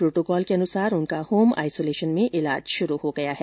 protocol के अनुसार उनका होम आईसोलेशन में ईलाज शुरू हो गया है